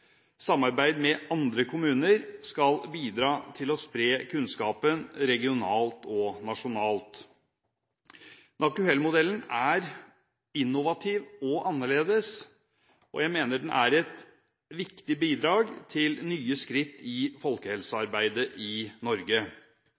Samarbeid med andre kommuner skal bidra til å spre kunnskapen regionalt og nasjonalt. NaKuHel-modellen er innovativ og annerledes, og jeg mener den er et viktig bidrag til nye skritt i